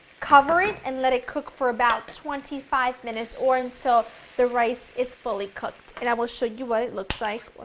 cover it and let it cook for about twenty five minutes or until the rice is fully cooked, and i will show you what it looks like when